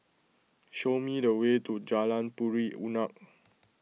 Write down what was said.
show me the way to Jalan Puri Unak